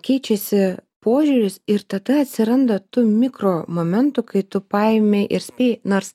keičiasi požiūris ir tada atsiranda tų mikromomentų kai tu paimi ir spėji nors